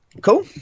Cool